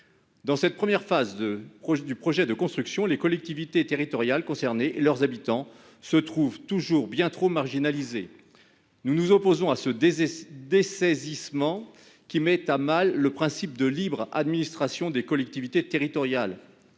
Dans cette première phase du projet de construction, les collectivités territoriales concernées ainsi que leurs habitants se trouvent toujours bien trop marginalisés. Nous nous opposons à ce dessaisissement qui met à mal le principe de libre administration des collectivités territoriales.